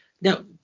now